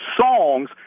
songs